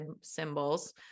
symbols